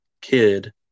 kid